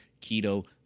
keto